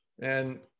And-